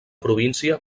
província